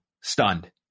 stunned